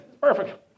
Perfect